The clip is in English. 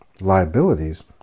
liabilities